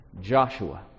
Joshua